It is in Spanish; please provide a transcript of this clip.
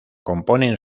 componen